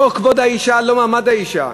זה לא כבוד האישה ולא מעמד האישה,